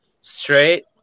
straight